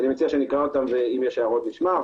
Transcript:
אני מציע שנקרא אותם, ואם יש הערות, נשמע.